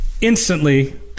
Instantly